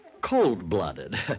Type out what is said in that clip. cold-blooded